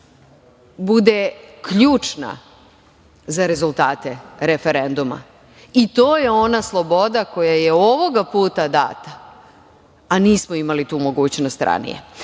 bude ključna za rezultate referenduma. To je ona sloboda koja je ovoga puta data, a nismo imali tu mogućnost